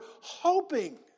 hoping